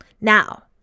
Now